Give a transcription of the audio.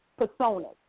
personas